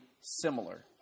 similar